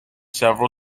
several